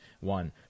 one